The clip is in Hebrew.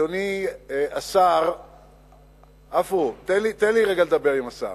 אדוני השר, עפו, תן לי רגע לדבר עם השר.